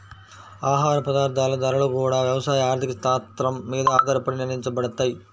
ఆహార పదార్థాల ధరలు గూడా యవసాయ ఆర్థిక శాత్రం మీద ఆధారపడే నిర్ణయించబడతయ్